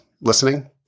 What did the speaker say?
listening